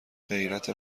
غیرت